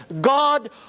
God